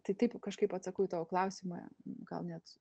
tai taip kažkaip atsakau į tavo klausimą gal net